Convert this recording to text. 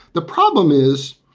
the problem is